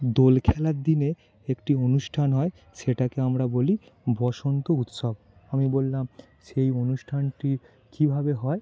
দোল খেলার দিনে একটি অনুষ্ঠান হয় সেটাকে আমরা বলি বসন্ত উৎসব আমি বললাম সেই অনুষ্ঠানটি কীভাবে হয়